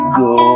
go